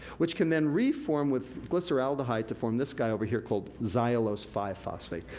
which can then reform with glyceraldehyde to form this guy, over here, called xylulose five phosphate.